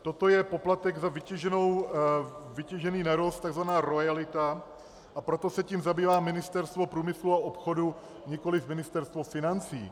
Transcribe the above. Toto je poplatek za vytěžený nerost, takzvaná roajalita, a proto se tím zabývá Ministerstvo průmyslu a obchodu, nikoliv Ministerstvo financí.